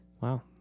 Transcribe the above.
Wow